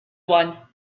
one